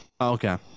Okay